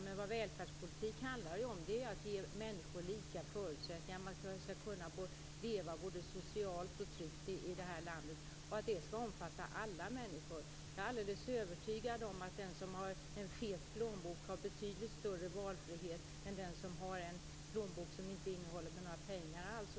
Men vad välfärdspolitik handlar om är ju att ge människor lika förutsättningar. Man skall kunna leva både socialt och ekonomiskt tryggt i det här landet, och det skall omfatta alla människor. Jag är alldeles övertygad om att den som har en fet plånbok har betydligt större valfrihet än den som har en plånbok som inte innehåller några pengar alls.